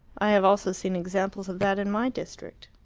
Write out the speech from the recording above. i have also seen examples of that in my district.